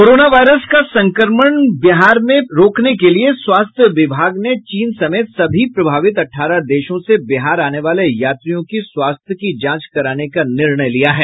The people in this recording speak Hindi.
कोराना वायरस के संक्रमण का बिहार में प्रवेश रोकने के लिए स्वास्थ्य विभाग ने चीन समेत सभी प्रभावित अठारह देशों से बिहार आने वाले यात्रियों की स्वास्थ्य की जांच कराने का निर्णय लिया है